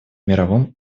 мировом